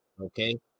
Okay